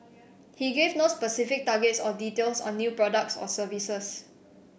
he gave no specific targets or details on new products or services